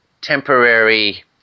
temporary